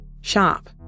Sharp